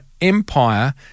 empire